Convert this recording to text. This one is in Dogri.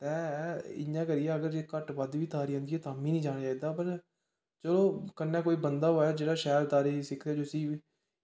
ते इयां करियै जे घट्ट बध्द बी तारी औंदी होऐ तां बी नी जानां चाही दा पर कन्नौैं कोई बंदा होऐ जेह्ड़ा शैल तारी सिक्खै जिसी